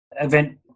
event